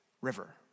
river